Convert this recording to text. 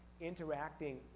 interacting